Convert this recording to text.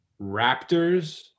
raptors